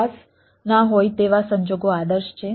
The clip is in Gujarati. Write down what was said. PaaS ના હોય તેવા સંજોગો આદર્શ છે